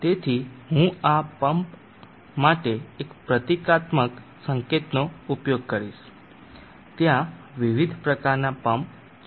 તેથી હું આ જેવા પંપ માટે એક પ્રતીકાત્મક સંકેતનો ઉપયોગ કરીશ ત્યાં વિવિધ પ્રકારનાં પંપ છે